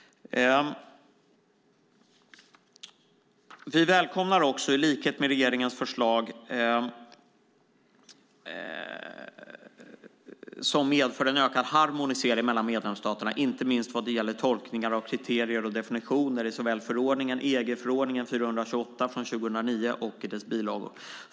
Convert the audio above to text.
Vi välkomnar också det som i likhet med regeringens förslag medför en ökad harmonisering mellan medlemsstaterna, inte minst vad gäller tolkningar av kriterier och definitioner i såväl EG-förordning 428 från 2009 som i dess bilagor.